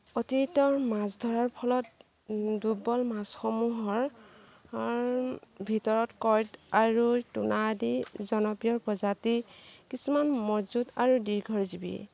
অতিৰিক্ত মাছ ধৰাৰ ফলত দুৰ্ব্বল মাছসমূহৰ ভিতৰত কৰ্ড আৰু টোনা আদি জনপ্ৰিয় প্ৰজাতি কিছুমান মজবুত আৰু দীৰ্ঘজীৱি